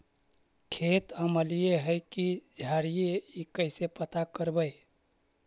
खेत अमलिए है कि क्षारिए इ कैसे पता करबै?